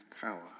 power